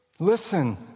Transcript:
Listen